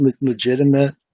legitimate